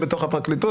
פרקליטות.